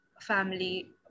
family